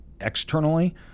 externally